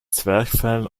zwerchfell